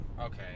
Okay